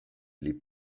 les